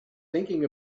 thinking